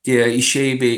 tie išeiviai